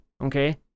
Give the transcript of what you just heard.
okay